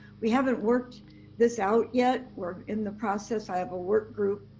we haven't worked this out yet. we're in the process. i have a work group,